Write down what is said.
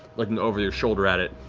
looking over your shoulder at it.